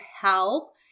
help